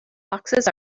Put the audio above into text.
foxes